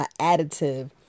additive